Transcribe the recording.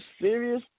serious